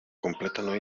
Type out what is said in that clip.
completano